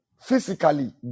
physically